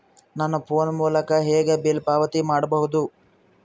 ನನ್ನ ಫೋನ್ ಮೂಲಕ ಹೇಗೆ ಬಿಲ್ ಪಾವತಿ ಮಾಡಬಹುದು?